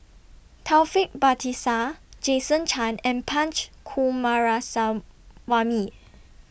Taufik Batisah Jason Chan and Punch Coomaraswamy